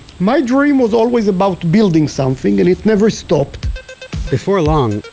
my dream was always about building something and it never stopped before long,